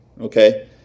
Okay